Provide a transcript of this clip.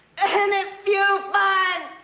and if you fine,